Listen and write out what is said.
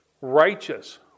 righteous